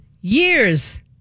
years